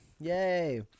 Yay